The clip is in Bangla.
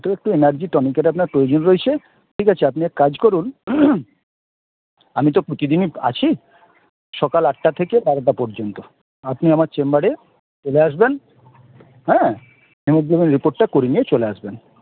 এতেও একটু এনার্জি টনিকের আপনার প্রয়োজন রয়েছে ঠিক আছে আপনি এক কাজ করুন আমি তো প্রতিদিনই আছি সকাল আটটা থেকে বারোটা পর্যন্ত আপনি আমার চেম্বারে চলে আসবেন হ্যাঁ হিমোগ্লোবিনের রিপোর্টটা করে নিয়ে চলে আসবেন